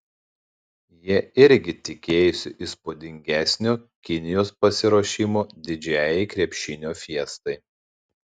jie irgi tikėjosi įspūdingesnio kinijos pasiruošimo didžiajai krepšinio fiestai